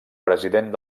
president